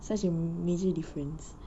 such a major difference